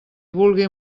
vulgui